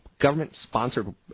government-sponsored